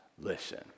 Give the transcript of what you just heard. listen